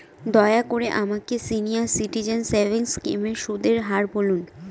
দয়া করে আমাকে সিনিয়র সিটিজেন সেভিংস স্কিমের সুদের হার বলুন